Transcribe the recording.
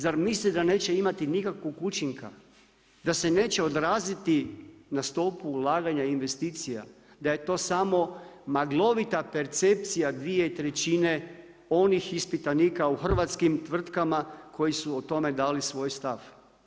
Zar mislite da neće imati nikakvog učinka, da se neće odraziti na stopu ulaganja investicija, da je to samo maglovita percepcija 2/3 onih ispitanika u hrvatskim tvrtkama koje su o tome dali svoj stav.